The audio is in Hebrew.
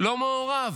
לא מעורב.